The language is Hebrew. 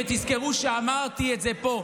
ותזכרו שאמרתי את זה פה.